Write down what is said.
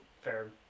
fair